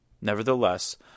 Nevertheless